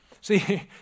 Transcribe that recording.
See